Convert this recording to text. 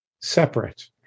separate